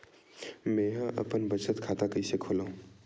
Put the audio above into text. मेंहा अपन बचत खाता कइसे खोलव?